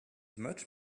much